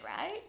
right